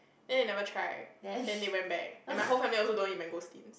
then they never try then they went back and my whole family also don't eat mangosteens